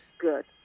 good